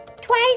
Twice